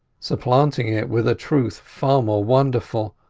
supplanting it with a truth far more wonderful,